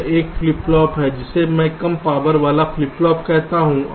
यह एक flip flop है जिसे मैं कम पावर वाला फ्लिप फ्लॉप कहता हूं